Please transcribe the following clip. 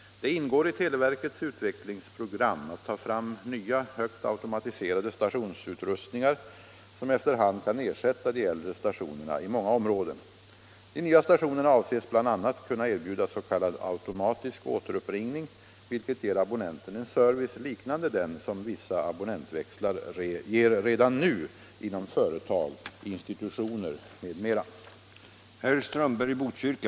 Det ingår i televerkets utvecklingsprogram att ta fram nya högt automatiserade stationsutrustningar som efter hand kan ersätta de äldre stationerna i många områden. De nya stationerna avses bl.a. kunna erbjuda s.k. automatisk återuppringning, vilket ger abonnenten en service liknande den som vissa abonnentväxlar ger redan nu inom företag, institutioner m.m.